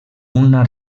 una